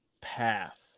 path